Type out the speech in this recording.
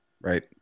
Right